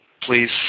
please